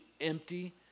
empty